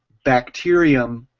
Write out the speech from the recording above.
bacterium,